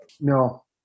No